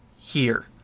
Here